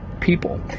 people